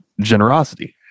generosity